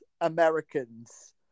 americans